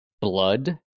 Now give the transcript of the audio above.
blood